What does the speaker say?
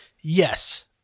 Yes